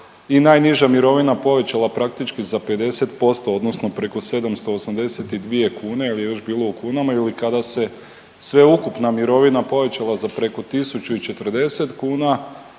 i najniža mirovina povećala praktički za 50% odnosno preko 782 kune jel je još bilo u kunama ili kada se sveukupna mirovina povećala za preko 1.040 kuna